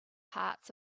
hearts